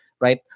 Right